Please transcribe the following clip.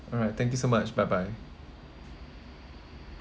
alright thank you so much bye bye